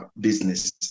business